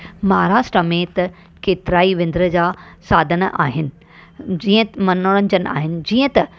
महाराष्ट्र में त केतिरा ई विंदुर जा साधनु आहिनि जीअं मनोरंजन आहिनि जीअं त